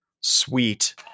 Sweet